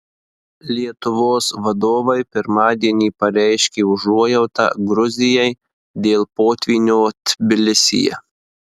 lietuvos vadovai pirmadienį pareiškė užuojautą gruzijai dėl potvynio tbilisyje